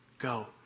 Go